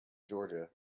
georgia